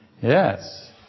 Yes